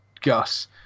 Gus